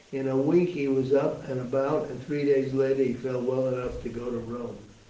in a week he was up and about, and three days later he felt well enough to go to rome.